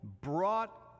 brought